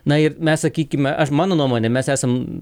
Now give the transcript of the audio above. na ir mes sakykime aš mano nuomone mes esam